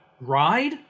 ride